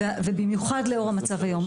ובמיוחד לאור המצב היום,